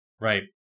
Right